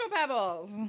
pebbles